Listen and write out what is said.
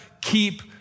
keep